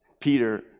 Peter